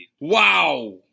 wow